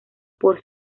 por